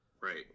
Right